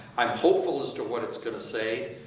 i'm hopeful as to what it's going to say.